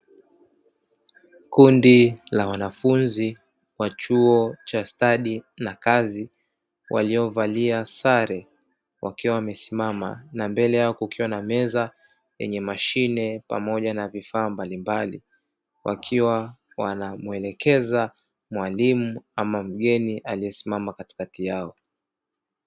Kundi la wanafunzi wa chuo cha stadi na kazi, waliovalia sare wakiwa wamesimama na mbele yao kukiwa na meza yenye mashine pamoja na vifaa mbalimbali, wakiwa wanamuelekeza mwalimu ama mgeni aliyesimama katikati yao.